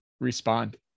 respond